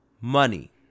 money